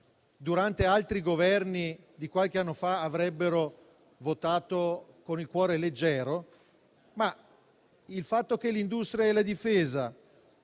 durante altri Governi di qualche anno fa, avrebbero votato con il cuore leggero, ma il fatto che l'industria e la difesa